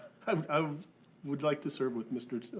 um um would like to serve with mr.